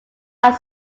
are